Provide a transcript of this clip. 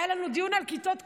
היה לנו דיון על כיתות כוננות,